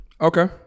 Okay